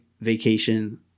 vacation